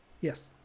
yes